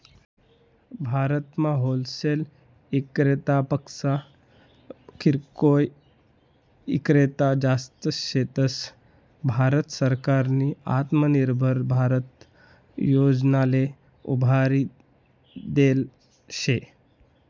भारतमा होलसेल इक्रेतापक्सा किरकोय ईक्रेता जास्त शेतस, भारत सरकारनी आत्मनिर्भर भारत योजनाले उभारी देल शे